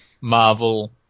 Marvel